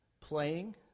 playing